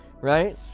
right